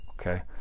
okay